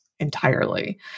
entirely